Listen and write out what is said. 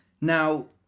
Now